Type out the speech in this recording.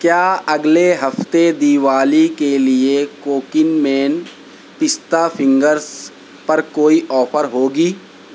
کیا اگلے ہفتے دیوالی کے لیے کوکنمین پستا فنگرس پر کوئی آفر ہوگی